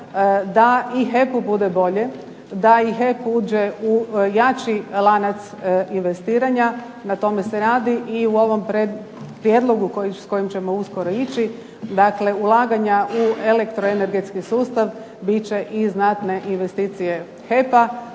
da i HEP-u bude bolje, da i HEP uđe u jači lanac investiranja. Na tome se radi i u ovom prijedlogu s kojim ćemo uskoro ići, dakle ulaganja u elektroenergetski sustav bit će i znate investicije HEP-a,